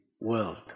world